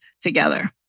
together